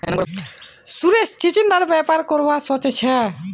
सुरेश चिचिण्डार व्यापार करवा सोच छ